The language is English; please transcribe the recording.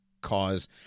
cause